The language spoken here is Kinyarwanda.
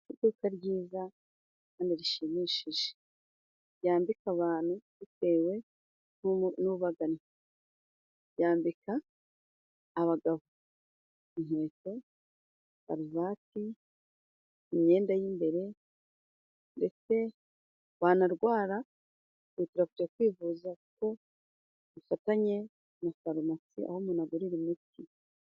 Iduka ryiza kandi rishimishije, ryambika abantu bitewe n'ubagana. Ryambika abagabo inkweto, karuvati, imyenda y'imbere, ndetse wanarwara ukihutira kujya kwivuza, kuko rifatanye na farumasi, aho umuntu agurira imiti.